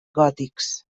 gòtics